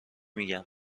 میگم